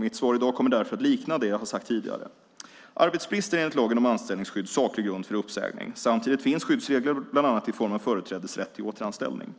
Mitt svar i dag kommer därför att likna vad jag sagt tidigare: Arbetsbrist är enligt lagen om anställningsskydd saklig grund för uppsägning. Samtidigt finns skyddsregler bland annat i form av företrädesrätt till återanställning.